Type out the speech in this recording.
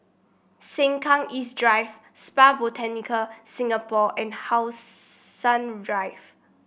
Sengkang East Drive Spa Botanica Singapore and How Sun Drive